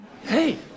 Hey